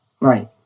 Right